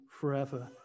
forever